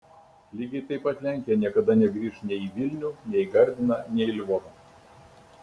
lygiai taip pat lenkija niekada negrįš nei į vilnių nei į gardiną nei į lvovą